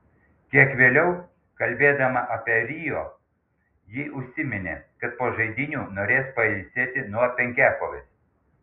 kiek vėliau kalbėdama apie rio ji užsiminė kad po žaidynių norės pailsėti nuo penkiakovės